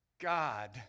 God